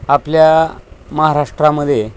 आपल्या महाराष्ट्रामध्ये